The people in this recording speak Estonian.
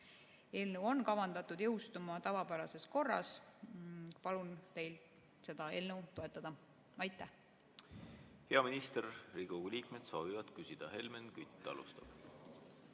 Eelnõu on kavandatud jõustuma tavapärases korras. Palun teil seda eelnõu toetada. Aitäh! Hea minister! Riigikogu liikmed soovivad küsida. Helmen Kütt alustab.